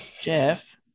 Jeff